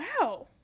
wow